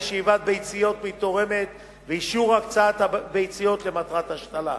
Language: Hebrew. שאיבת ביציות מתורמת ואישור הקצאת הביציות למטרת השתלה.